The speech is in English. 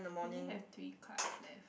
you only have three class left